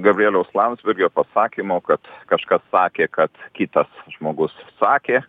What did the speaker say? gabrieliaus landsbergio pasakymo kad kažkas sakė kad kitas žmogus sakė